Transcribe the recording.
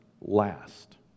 last